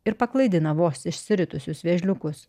ir paklaidina vos išsiritusius vėžliukus